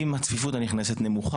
אם הצפיפות הנכנסת נמוכה.